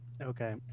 Okay